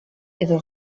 edo